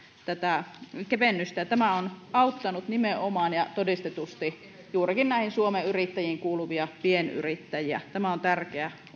tätä kevennystä ja tämä on auttanut nimenomaan ja todistetusti juurikin suomen yrittäjiin kuuluvia pienyrittäjiä tämä on tärkeä